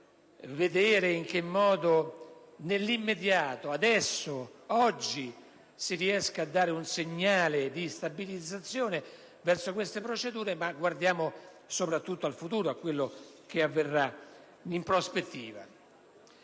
comprendere in che modo nell'immediato, adesso, oggi, si riesca a dare un segnale di stabilizzazione rispetto a queste procedure, ma guardiamo soprattutto al futuro e a ciò che avverrà in prospettiva.